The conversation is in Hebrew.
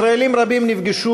ישראלים רבים נפגשו,